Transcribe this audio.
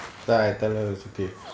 then I tell her it's okay